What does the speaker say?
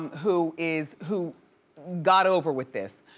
who is, who got over with this.